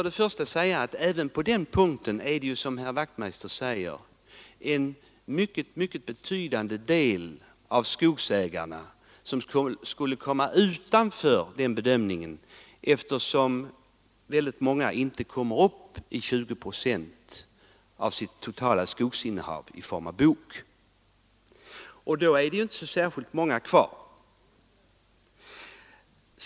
Men även på den punkten är det som herr Wachtmeister sade en mycket betydande del av skogsägarna som inte skulle komma i fråga, eftersom mångas bokskogsinnehav inte uppgår till 20 procent av deras totala skogsinnehav. Sedan är det inte så särskilt många kvar.